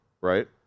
right